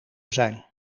zijn